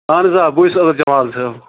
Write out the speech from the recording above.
اہن حظ آ بٕے چھُس عبد الجمال صٲب